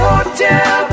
Hotel